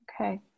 Okay